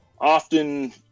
often